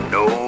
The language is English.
no